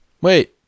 wait